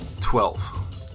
Twelve